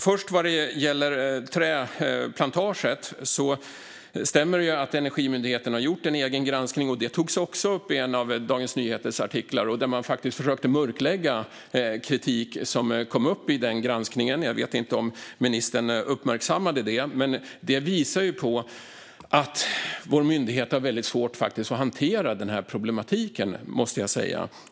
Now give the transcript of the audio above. När det gäller trädplantagen stämmer det att Energimyndigheten har gjort en egen granskning. Det togs också upp i en av Dagens Nyheters artiklar. Man försökte faktiskt mörklägga kritik som kom upp i den granskningen. Jag vet inte om ministern uppmärksammade det, men det visar på att vår myndighet har väldigt svårt att hantera denna problematik - det måste jag säga.